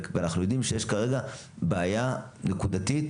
ואנחנו יודעים שכרגע יש בעיה נקודתית